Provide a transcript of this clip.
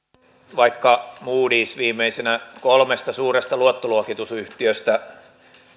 vaikka moodys viimeisenä kolmesta suuresta luottoluokitusyhtiöstä